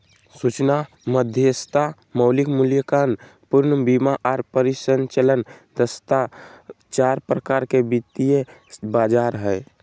सूचना मध्यस्थता, मौलिक मूल्यांकन, पूर्ण बीमा आर परिचालन दक्षता चार प्रकार के वित्तीय बाजार हय